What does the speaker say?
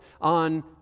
on